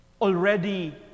already